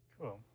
Cool